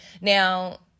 Now